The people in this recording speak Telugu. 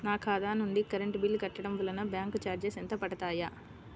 నా ఖాతా నుండి కరెంట్ బిల్ కట్టడం వలన బ్యాంకు చార్జెస్ ఎంత పడతాయా?